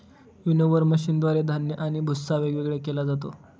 winnower मशीनद्वारे धान्य आणि भुस्सा वेगवेगळा केला जातो